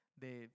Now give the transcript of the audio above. de